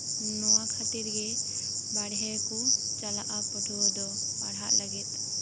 ᱱᱚᱶᱟ ᱠᱷᱟᱹᱛᱤᱨ ᱜᱮ ᱵᱟᱦᱨᱮ ᱠᱚ ᱪᱟᱞᱟᱜᱼᱟ ᱯᱟᱹᱴᱷᱣᱟᱹ ᱫᱚ ᱯᱟᱲᱦᱟᱜ ᱞᱟᱹᱜᱤᱫ